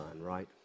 right